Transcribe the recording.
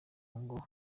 ngo